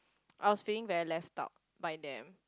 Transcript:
I was feeling very left out by them